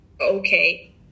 okay